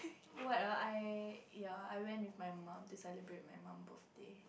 what ah I ya I went with my mum to celebrate my mum birthday